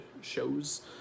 shows